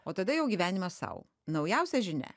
o tada jau gyvenimas sau naujausią žinia